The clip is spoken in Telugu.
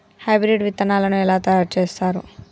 హైబ్రిడ్ విత్తనాలను ఎలా తయారు చేస్తారు?